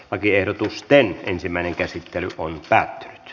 lakiehdotusten ensimmäinen käsittely päättyi